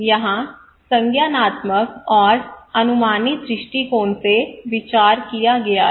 यहाँ संज्ञानात्मक और अनुमानी दृष्टिकोण से विचार किया गया है